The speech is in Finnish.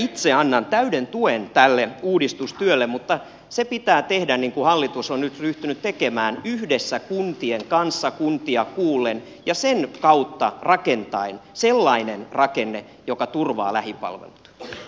itse annan täyden tuen tälle uudistustyölle mutta se pitää tehdä niin kuin hallitus on nyt ryhtynyt tekemään yhdessä kuntien kanssa kuntia kuullen ja sen kautta rakentaen sellainen rakenne joka turvaa lähipalvelut